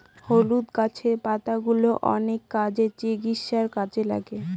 হলুদ গাছের পাতাগুলো অনেক কাজে, চিকিৎসার কাজে লাগে